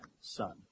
son